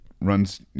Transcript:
runs